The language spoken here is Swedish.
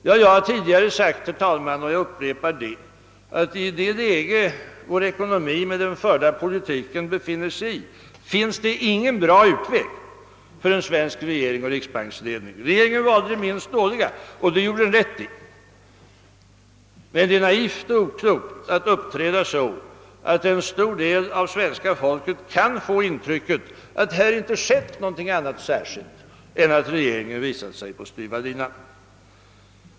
Jag har tidigare sagt, herr talman, att i det läge där vår ekonomi med den förda politiken hamnat i finns det ingen god utväg för en svensk regering och riksbanksledning. Regeringen valde den minst dåliga, och det gjorde den rätt i. Det är emellertid naivt och oklokt att uppträda så att en stor del av svenska folket kan få intrycket att här inte skett något annat än att regeringen visat sig på styva linan.